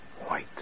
White